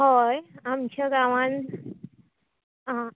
होय आमच्या गांवांन आं